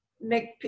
make